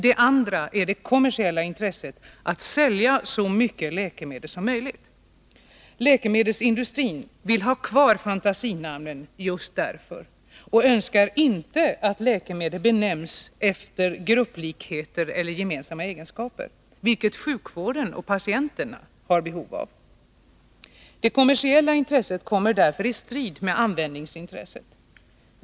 Det andra är det kommersiella intresset att sälja så mycket läkemedel som möjligt. Läkemedelsindustrin vill ha kvar fantasinamnen just därför och önskar inte att läkemedel benämns efter grupplikheter eller gemensamma egenskaper, vilket sjukvården och patienterna har behov av. Det kommersiella intresset kommer därför i strid med användningsintresset.